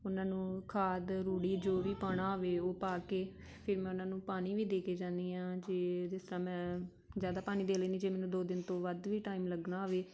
ਉਹਨਾਂ ਨੂੰ ਖਾਦ ਰੂੜੀ ਜੋ ਵੀ ਪਾਣਾ ਹੋਵੇ ਉਹ ਪਾ ਕੇ ਫਿਰ ਮੈਂ ਉਹਨਾਂ ਨੂੰ ਪਾਣੀ ਵੀ ਦੇ ਕੇ ਜਾਂਦੀ ਹਾਂ ਜੇ ਜਿਸ ਤਰ੍ਹਾਂ ਮੈਂ ਜ਼ਿਆਦਾ ਪਾਣੀ ਦੇ ਲੈਂਦੀ ਜੇ ਮੈਨੂੰ ਦੋ ਦਿਨ ਤੋਂ ਵੱਧ ਵੀ ਟਾਈਮ ਲੱਗਣਾ ਹੋਵੇ